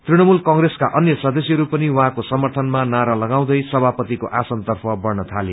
तृणमूल कंग्रेसका अन्य सदस्यहरू पनि उहाँको समर्यनमा नारा लगाउँदै समापतिको आसन तर्फ बढ्न थाले